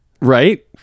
Right